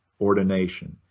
ordination